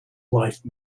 life